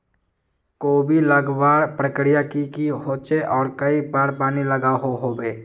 कोबी लगवार प्रक्रिया की की होचे आर कई बार पानी लागोहो होबे?